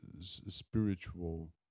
spiritual